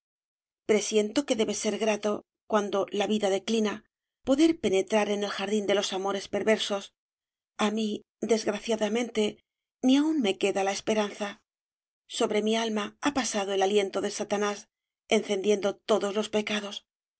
presiento que debe ser grato cuando la vida declina poder penetrar en el obras de valle inclan jardín de los amores perversos á mí desgraciadamente ni aun me queda la esperanza sobre mi alma ha pasado el aliento de satanás encendiendo todos los pecados